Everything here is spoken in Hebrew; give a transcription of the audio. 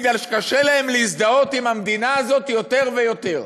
כי קשה להם להזדהות עם המדינה הזאת יותר ויותר.